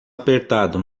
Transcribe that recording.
apertado